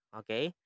okay